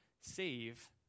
save